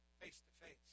face-to-face